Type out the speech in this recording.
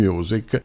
Music